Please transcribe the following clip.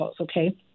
okay